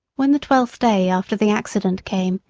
when the twelfth day after the accident came,